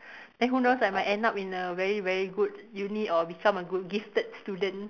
then who knows I might end up in a very very good uni or become a good gifted student